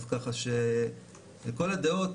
אז ככה שלכל הדעות